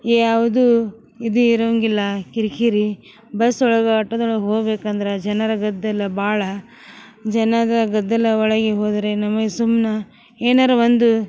ಯಾವುದು ಇದು ಇರೊಂಗಿಲ್ಲ ಕಿರಿಕಿರಿ ಬಸ್ ಒಳಗೆ ಆಟೋದೊಳಗ ಹೋಗ್ಬೇಕಂದ್ರೆ ಜನರ ಗದ್ದಲ ಭಾಳ ಜನರ ಗದ್ದಲ ಒಳಗೆ ಹೋದರೆ ನಮಗ ಸುಮ್ನಾ ಏನಾರ ಒಂದು